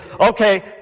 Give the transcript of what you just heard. okay